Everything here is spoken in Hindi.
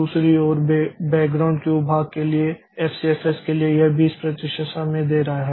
दूसरी ओर बैकग्राउंड क्यू भाग के लिए एफसीएफएस के लिए यह 20 प्रतिशत समय दे रहा है